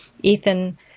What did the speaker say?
Ethan